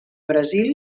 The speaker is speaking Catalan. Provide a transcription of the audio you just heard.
brasil